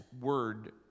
word